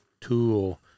tool